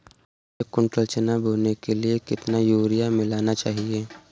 एक कुंटल चना बोने के लिए कितना यूरिया मिलाना चाहिये?